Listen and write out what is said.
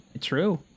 True